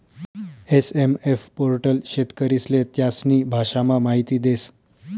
SMF portal शेतकरीस्ले त्यास्नी भाषामा माहिती देस